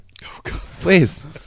please